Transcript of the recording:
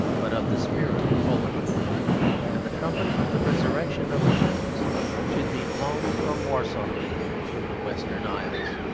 but of the spirit of poland and the trumpet of the resurrection of the peoples should be blown from warsaw to the western isles.